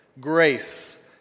grace